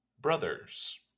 Brothers